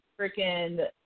freaking